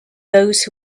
those